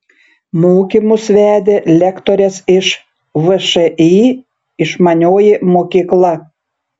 mokymus vedė lektorės iš všį išmanioji mokykla